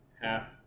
half